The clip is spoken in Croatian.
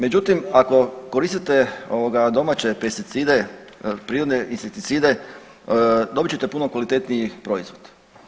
Međutim, ako koristite domaće pesticide, prirodne insekticide dobit ćete puno kvalitetniji proizvod.